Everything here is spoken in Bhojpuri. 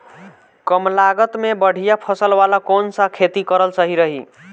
कमलागत मे बढ़िया फसल वाला कौन सा खेती करल सही रही?